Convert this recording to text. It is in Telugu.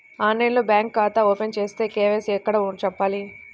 ఆన్లైన్లో బ్యాంకు ఖాతా ఓపెన్ చేస్తే, కే.వై.సి ఎక్కడ చెప్పాలి?